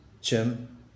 Jim